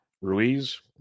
Ruiz